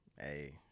hey